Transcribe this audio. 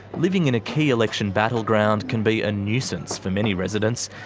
living in a key election battleground can be a nuisance for many residents,